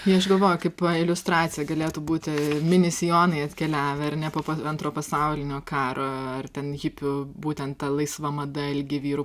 tai aš galvoju kaip iliustracija galėtų būti mini sijonai atkeliavę ar ne po antro pasaulinio karo ar ten hipių būtent ta laisva mada ilgi vyrų